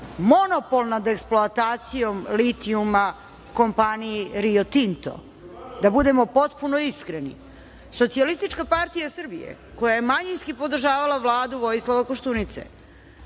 monopol nad eksploatacijom litijuma kompaniji „Rio Tinto“, da budemo potpuno iskreni. Socijalistička partija Srbije, koja je manjinski podržavala Vladu Vojislava Koštunice,